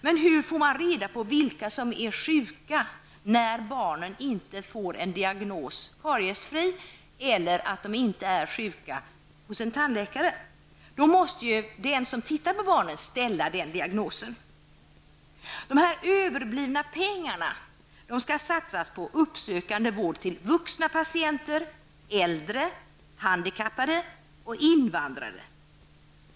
Men hur får man reda på vilka som är sjuka, när barnen inte får en diagnos, kariesfri eller inte sjuka, hos en tandläkare? Då måste den som tittar på barnen ställa den diagnosen. De överblivna pengarna skall satsas på uppsökande vård till vuxna patienter; äldre, handikappade och invandrare.